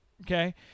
Okay